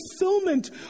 fulfillment